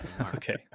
Okay